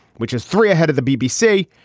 which is three ahead of the bbc.